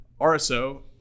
RSO